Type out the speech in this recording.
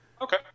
okay